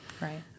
Right